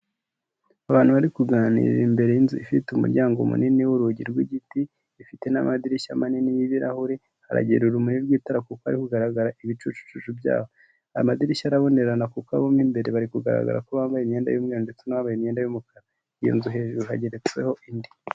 Abantu bari kuganira imbere y'inzu ifite umuryango munini w'urugi rw'igiti, ifite n'amadirishya manini y'ibirahure ,haragera urumuri rw'itara kuko hari ku garagara ibicucu byabo, amadirishya arabonerana kuko abo mo imbere bari kugaragara ko bambaye imyenda y'umweru ndetse n'abambaye imyenda y'umukara . Iyo nzu hejuru hageretseho indi.